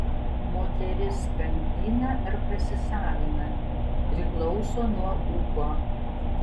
moteris kankina ar pasisavina priklauso nuo ūpo